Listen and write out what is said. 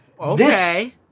Okay